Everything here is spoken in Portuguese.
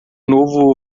novo